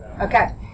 Okay